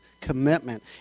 commitment